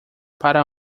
para